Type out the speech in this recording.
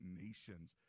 nations